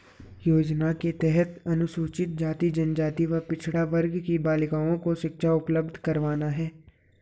योजना के तहत अनुसूचित जाति, जनजाति व पिछड़ा वर्ग की बालिकाओं को शिक्षा उपलब्ध करवाना है